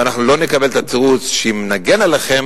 ואנחנו לא נקבל את התירוץ ש"אם נגן עליכם